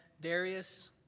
Darius